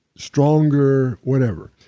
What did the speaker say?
stronger, whatever,